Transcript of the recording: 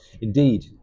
Indeed